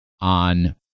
on